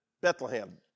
Bethlehem